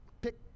pick